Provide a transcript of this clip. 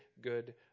good